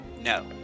No